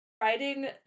writing